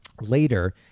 Later